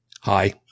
hi